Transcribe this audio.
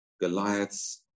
Goliath's